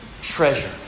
treasure